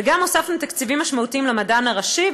וגם הוספנו תקציבים משמעותיים למדען הראשי,